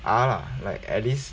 are lah like at least